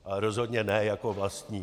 Ale rozhodně ne jako vlastník.